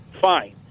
fine